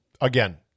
Again